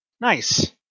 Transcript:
Nice